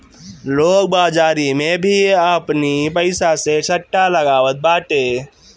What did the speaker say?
लोग बाजारी में भी आपनी पईसा से सट्टा लगावत बाटे